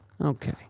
Okay